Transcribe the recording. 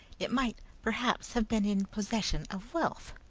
it might perhaps have been in possession of wealth.